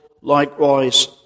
likewise